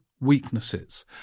weaknesses